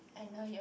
I know you